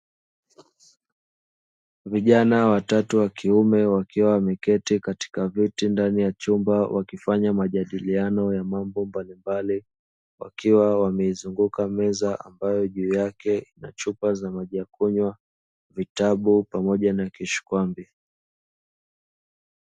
Vijana watatu wa kiume wakiwa wameketi katika viti ndani ya chumba wakifanya majadiliano ya mambo mbalimbali, wakiwa wameizunguka meza ambayo juu yake na chupa za maji ya kunywa, vitabu, pamoja na kishkwambi.